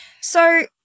So-